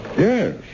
Yes